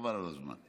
חבל על הזמן.